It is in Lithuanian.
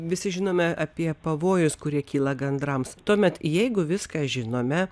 visi žinome apie pavojus kurie kyla gandrams tuomet jeigu viską žinome